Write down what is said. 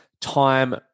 time